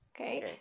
okay